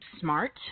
smart